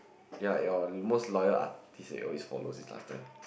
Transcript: ya your most loyal artist that you always follows is